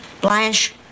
Blanche